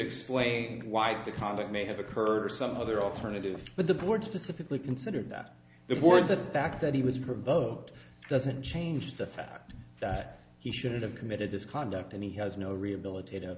explain why the conduct may have occurred some other alternative but the board specifically considered that the board the fact that he was provoked doesn't change the fact that he shouldn't have committed this conduct and he has no rehabilitat